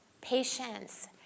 Patience